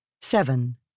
Seven